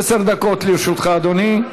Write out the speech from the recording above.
עשר דקות לרשותך, אדוני.